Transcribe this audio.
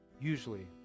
usually